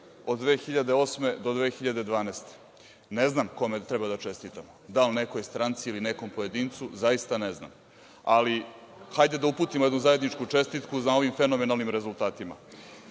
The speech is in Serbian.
od 2008. do 2012. godine, ne znam kome treba da čestitam, da li nekoj stranci ili nekom pojedincu, zaista ne znam. Ali, hajde da uputimo jednu zajedničku čestitku na ovim fenomenalnim rezultatima.